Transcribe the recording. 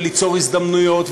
ליצור הזדמנויות,